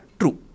true